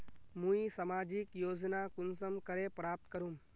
मुई सामाजिक योजना कुंसम करे प्राप्त करूम?